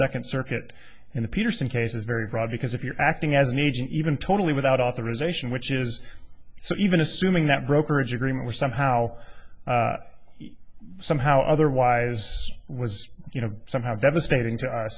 second circuit in the peterson case is very broad because if you're acting as an agent even totally without authorization which is so even assuming that brokerage agreement was somehow the somehow otherwise was you know somehow devastating